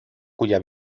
cuya